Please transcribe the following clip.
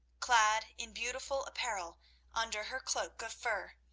clad in beautiful apparel under her cloak of fur,